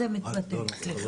ככה זה מתבטא, סליחה.